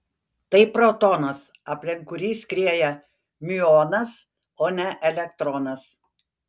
tai protonas aplink kurį skrieja miuonas o ne elektronas